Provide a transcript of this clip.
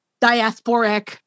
diasporic